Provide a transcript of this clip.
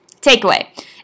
Takeaway